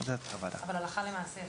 אבל הלכה למעשה...